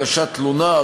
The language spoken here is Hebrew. הגשת תלונה,